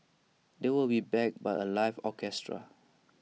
they will be backed by A live orchestra